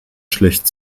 schlecht